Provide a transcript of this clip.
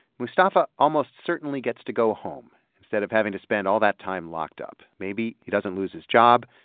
mustafa almost certainly gets to go home instead of having to spend all that time locked up. maybe he doesn't lose his job.